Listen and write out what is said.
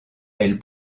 elle